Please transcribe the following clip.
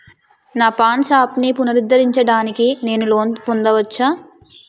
నా పాన్ షాప్ని పునరుద్ధరించడానికి నేను లోన్ పొందవచ్చా?